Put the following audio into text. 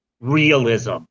realism